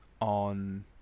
on